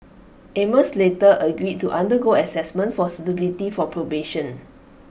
amos later agreed to undergo Assessment for suitability for probation